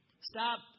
Stop